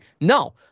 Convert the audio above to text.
No